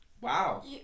Wow